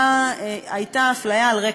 אמרו: